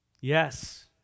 Yes